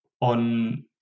on